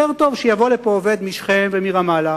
יותר טוב שיבוא לפה עובד משכם או מרמאללה,